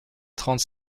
trente